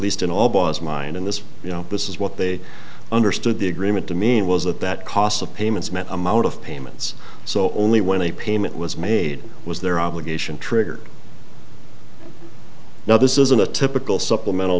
least in obama's mind in this you know this is what they understood the agreement to mean was that that cost of payments meant amount of payments so only when a payment was made was their obligation triggered now this isn't a typical supplemental